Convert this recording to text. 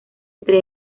entre